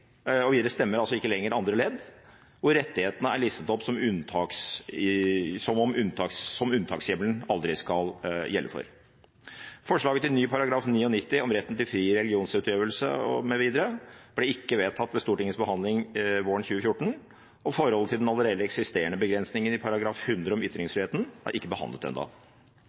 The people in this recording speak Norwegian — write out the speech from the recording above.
andre ledd, hvor rettighetene som unntakshjemmelen aldri skal gjelde for, er listet opp. Forslaget til ny § 99 om retten til fri religionsutøvelse mv. ble ikke vedtatt ved Stortingets behandling våren 2014, og forholdet til den allerede eksisterende begrensningen i § 100 om ytringsfriheten er ikke behandlet